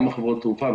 גם חברות התעופה,